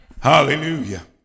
Hallelujah